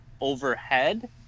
overhead